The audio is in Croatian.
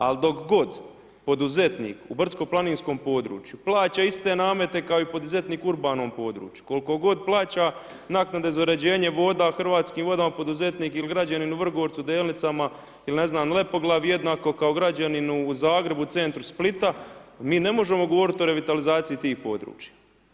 Ali dok god poduzetnik u brdsko planinskom području plaća iste namete kao i poduzetnik u urbanom području, koliko god plaća naknade za uređenje voda Hrvatskim vodama, poduzetnik ili građanin u Vrgorcu, Delnicama ili ne znam Lepoglavi, jednako kao građanin u Zagrebu ili centru Splita, mi ne možemo govorit o revitalizaciji tih područja.